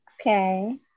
Okay